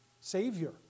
Savior